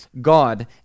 God